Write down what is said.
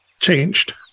changed